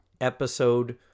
episode